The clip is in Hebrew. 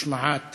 השמעת